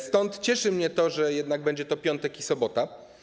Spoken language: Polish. Stąd cieszy mnie to, że jednak będzie to piątek i sobota.